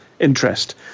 interest